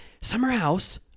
Summerhouse